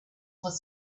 was